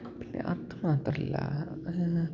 പിന്നെ അത് മാത്രമല്ല